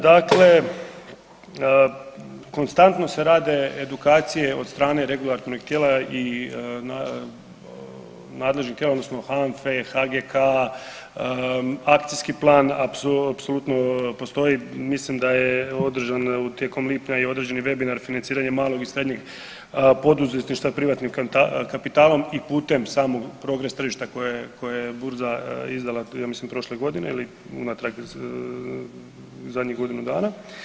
Dakle, konstantno se rade edukacije od strane regulatornih tijela i nadležnih tijela odnosno HANFA-e, HGK, akcijski plan apsolutno postoji, mislim da je održano tokom lipnja i određeni webinar financiranje malog i srednjeg poduzetništva privatnim kapitalom i putem samog progres tržišta koje je Burza izdala ja mislim prošle godine ili unatrag zadnjih godinu dana.